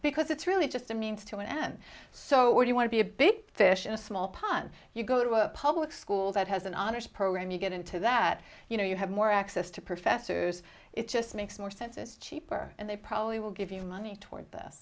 because it's really just a means to an end so what you want to be a big fish in a small pond you go to a public school that has an honors program you get into that you know you have more access to professors it just makes more sense it's cheaper and they probably will give you money toward th